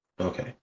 Okay